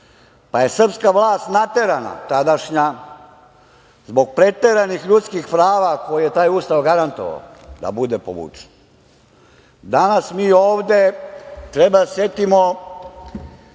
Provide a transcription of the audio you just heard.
tadašnja srpska vlast naterana, zbog preteranih ljudskih prava koje je taj Ustav garantovao, da bude povučen. Danas mi ovde treba da se setimo